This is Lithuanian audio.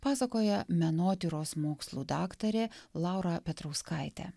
pasakoja menotyros mokslų daktarė laura petrauskaitė